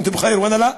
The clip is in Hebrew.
איך?